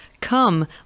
come